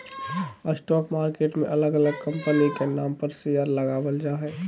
stock market मे अलग अलग कंपनी के नाम पर शेयर लगावल जा हय